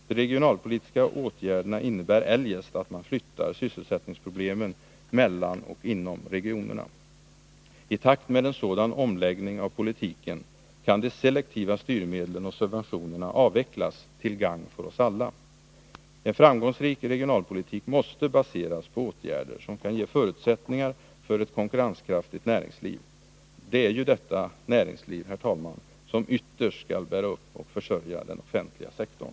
De regionalpolitiska åtgärderna innebär eljest att man flyttar sysselsättningsproblemen mellan och inom regionerna. I takt med en sådan omläggning av politiken kan de selektiva styrmedlen och subventionerna avvecklas, till gagn för oss alla. En framgångsrik regionalpolitik måste baseras på åtgärder som kan ge förutsättningar för ett konkurrenskraftigt näringsliv. Det är ju detta näringsliv, herr talman, som ytterst skall bära upp och försörja den offentliga sektorn!